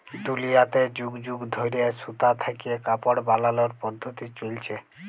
দুলিয়াতে যুগ যুগ ধইরে সুতা থ্যাইকে কাপড় বালালর পদ্ধতি চইলছে